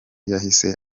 yahise